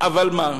אבל מה,